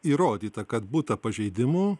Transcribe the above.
įrodyta kad būta pažeidimų